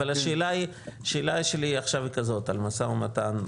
השאלה שלי עכשיו היא כזאת על משא ומתן: